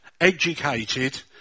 educated